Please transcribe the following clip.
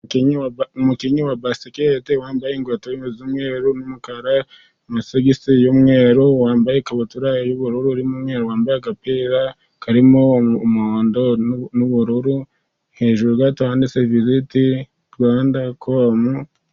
Umukinnyi wa basket wambaye inkweto z'umweru n'umukara, amasogisi y'umweru, wambaye ikabutura y'ubururu n'umweru, wambaye agapira karimo umuhondo n'ubururu, hejuru gato handitse visiti Rwanda.com.